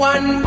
One